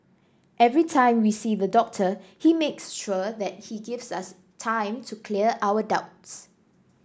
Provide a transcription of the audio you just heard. every time we see the doctor he makes sure that he gives us time to clear our doubts